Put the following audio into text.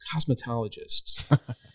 cosmetologists